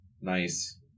Nice